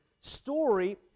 story